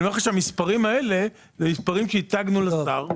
המספרים האלה הם מספרים שהצגנו לשר,